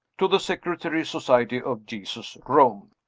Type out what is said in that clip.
to the secretary, society of jesus, rome.